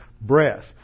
breath